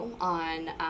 on